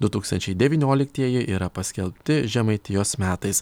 du tūkstančiai devynioliktieji yra paskelbti žemaitijos metais